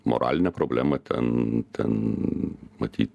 moralinė problema ten ten matyt